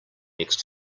next